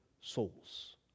souls